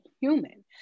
human